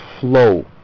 flow